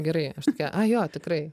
gerai aš tokia ai jo tikrai